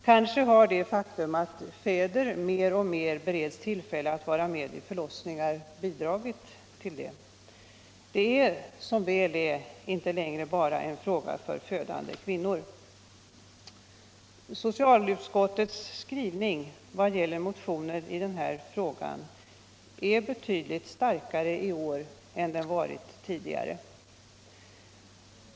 Kanske har det faktum att fåder mer och mer bereds tillfälle att vara med vid förlossningar bidragit till detta. Det är som väl är inte längre bara en fråga för födande kvinnor. Socialutskowuets skrivning vad gäller motionen i denna fråga är betydligt starkare i år än den varit tidigare.